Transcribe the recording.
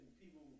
people